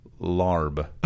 larb